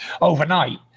overnight